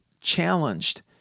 challenged